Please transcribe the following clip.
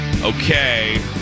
Okay